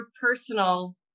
personal